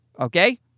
okay